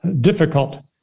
difficult